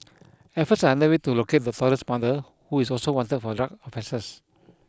efforts under way to locate the toddler's mother who is also wanted for drug offences